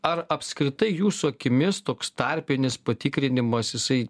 ar apskritai jūsų akimis toks tarpinis patikrinimas jisai